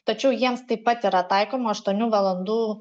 tačiau jiems taip pat yra taikoma aštuonių valandų